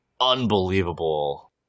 unbelievable